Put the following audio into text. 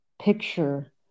picture